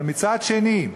אבל מצד שני,